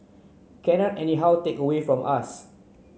cannot anyhow take away from us